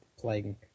playing